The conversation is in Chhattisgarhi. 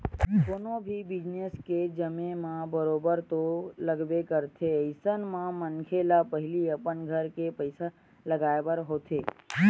कोनो भी बिजनेस के जमें म बरोबर बेरा तो लगबे करथे अइसन म मनखे ल पहिली अपन घर के पइसा लगाय बर होथे